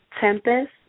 Tempest